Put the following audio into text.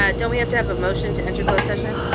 ah don't we have to have a motion to enter closed session?